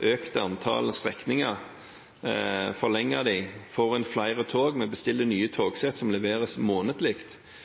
forlenget antall strekninger og får inn flere tog – vi bestiller nå nye togsett som leveres månedlig.